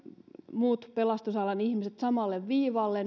muut pelastusalan ihmiset samalle viivalle